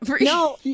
no